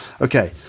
okay